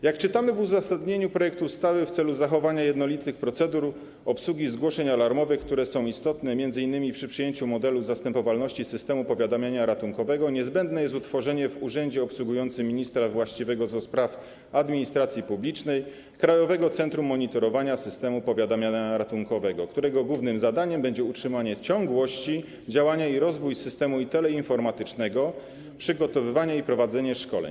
Jak czytamy w uzasadnieniu projektu ustawy, w celu zachowania jednolitych procedur obsługi zgłoszeń alarmowych, które są istotne m.in. przy przyjęciu modelu zastępowalności systemu powiadamiania ratunkowego, niezbędne jest utworzenie w urzędzie obsługującym ministra właściwego do spraw administracji publicznej Krajowego Centrum Monitorowania Systemu Powiadamia Ratunkowego, którego głównym zadaniem będzie utrzymanie ciągłości działania i rozwój systemu teleinformatycznego, przygotowywanie i prowadzenie szkoleń.